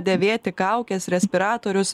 dėvėti kaukes respiratorius